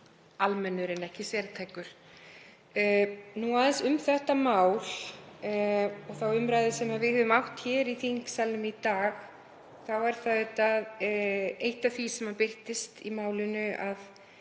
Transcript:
almennur en ekki sértækur. Aðeins um þetta mál og þá umræðu sem við höfum átt hér í þingsalnum í dag, þá er auðvitað eitt af því sem birtist í málinu